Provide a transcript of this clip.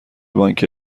بانک